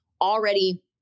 already